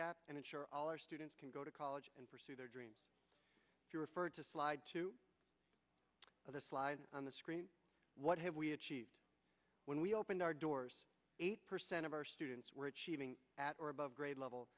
gap and ensure all our students can go to college and pursue their dreams you referred to slide to well the slide on the screen what have we achieved when we opened our doors eight percent of our students were achieving at or above grade level